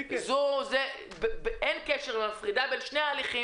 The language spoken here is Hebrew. אני מפרידה בין שני ההליכים.